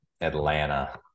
Atlanta